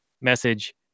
message